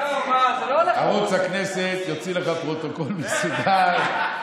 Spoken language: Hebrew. ערוץ הכנסת יוציא לך פרוטוקול מסודר.